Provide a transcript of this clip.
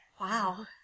Wow